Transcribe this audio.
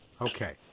Okay